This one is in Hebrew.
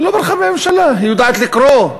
היא לא ברחה מהממשלה, היא יודעת לקרוא,